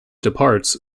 departs